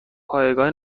پایگاه